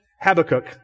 Habakkuk